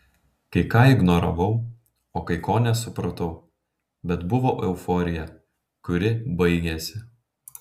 kai ką ignoravau o kai ko nesupratau bet buvo euforija kuri baigėsi